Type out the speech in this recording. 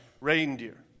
reindeer